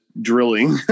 drilling